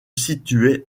situait